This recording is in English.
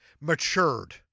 matured